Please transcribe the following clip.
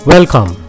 Welcome